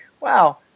wow